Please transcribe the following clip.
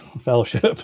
fellowship